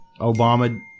Obama